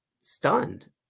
stunned